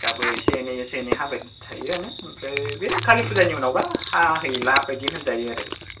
दाबो एसे एनै एसे एनै हाबाय थायोआनो ओमफ्राय बे कालि पुजानि उनावबा हाहैला बायदि होनजायो आरो